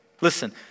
Listen